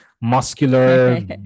muscular